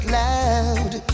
loud